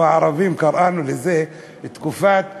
אנחנו, הערבים, קראנו לזה "תקופת השרשראות".